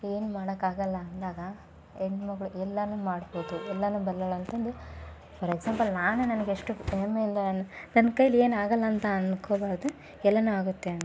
ಏನೂ ಮಾಡಕ್ಕಾಗಲ್ಲ ಅಂದಾಗ ಹೆಣ್ಮಗ್ಳು ಎಲ್ಲನೂ ಮಾಡ್ಬೋದು ಎಲ್ಲನೂ ಬಲ್ಲವ್ಳು ಅಂತಂದು ಫಾರ್ ಎಕ್ಸಾಂಪಲ್ ನಾನು ನನಗೆಷ್ಟು ಹೆಮ್ಮೆಯಿಂದ ನಾನು ನನ್ನ ಕೈಲಿ ಏನೂ ಆಗಲ್ಲಂತ ಅನ್ಕೊಬಾರದು ಎಲ್ಲನೂ ಆಗುತ್ತೆ ಅಂತ